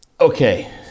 okay